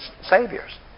saviors